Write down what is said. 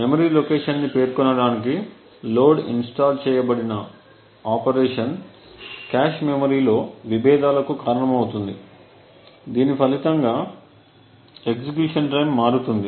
memory లొకేషన్ని పేర్కొనడానికి load install చేయబడిన ఆపరేషన్ కాష్ మెమరీలో విభేదాలకు కారణమవుతుంది దీని ఫలితంగా ఎగ్జిక్యూషన్ టైమ్ మారుతుంది